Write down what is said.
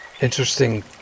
interesting